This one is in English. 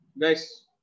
Guys